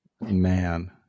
Man